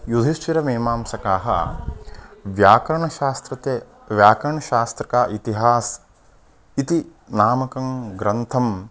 युधिष्ठिरमीमांसकाः व्याकरणशास्त्रे व्याकरणशास्त्र का इतिहासः इति नामकं ग्रन्थम्